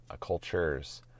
cultures